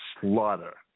slaughter